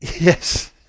Yes